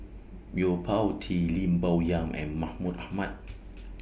Yo Po Tee Lim Bo Yam and Mahmud Ahmad